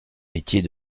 métiers